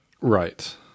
Right